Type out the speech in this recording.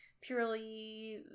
purely